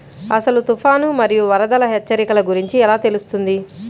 అసలు తుఫాను మరియు వరదల హెచ్చరికల గురించి ఎలా తెలుస్తుంది?